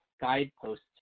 guideposts